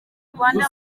rwanda